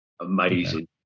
amazing